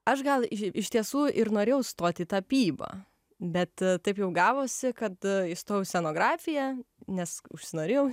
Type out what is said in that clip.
aš gal iš tiesų ir norėjau stot į tapybą bet taip jau gavosi kad įstojau į scenografiją nes užsinorėjau